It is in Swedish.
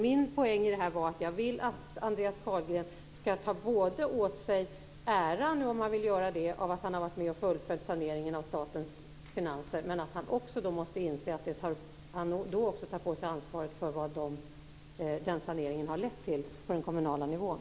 Min poäng var att jag vill att Andreas Carlgren skall ta åt sig äran - om han nu vill det - av att han har varit med och fullföljt saneringen av statens finanser men att han då också måste ta på sig ansvaret för vad den saneringen har lett till på den kommunala nivån.